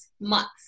months